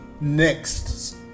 next